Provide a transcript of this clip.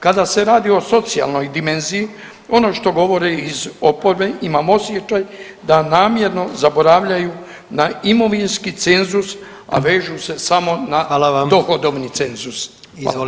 Kada se radi o socijalnoj dimenziji, ono što govore iz oporbe imam osjećaj da namjerno zaboravljaju na imovinski cenzus, a vežu se samo na [[Upadica: Hvala vam.]] dohodovni cenzus.